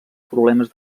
problemes